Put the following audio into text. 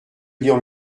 lire